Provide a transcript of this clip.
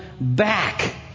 back